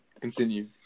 Continue